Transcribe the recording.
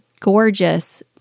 gorgeous